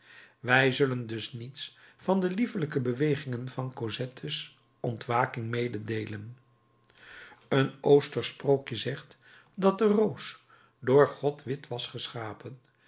wij zullen dus niets van de liefelijke bewegingen van cosettes ontwaking mededeelen een oostersch sprookje zegt dat de roos door god wit was geschapen